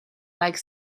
like